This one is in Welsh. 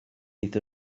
bydd